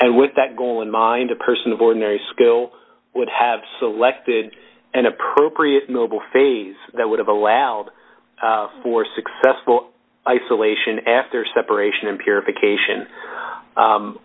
and with that goal in mind a person of ordinary skill would have selected an appropriate mobile phase that would have allowed for successful isolation after separation and purification